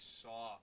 saw